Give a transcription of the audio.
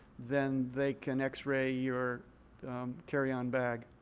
than they can x-ray your carryon bag.